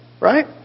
right